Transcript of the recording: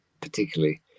particularly